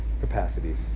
capacities